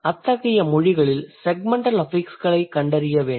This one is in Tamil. அத்தகைய மொழிகளில் செக்மெண்டல் அஃபிக்ஸ்களைக் கண்டறிய வேண்டும்